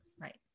right